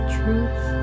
truth